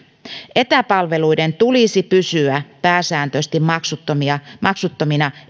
etäpalveluiden tulisi pysyä pääsääntöisesti maksuttomina